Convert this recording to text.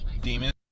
Demons